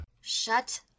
Shut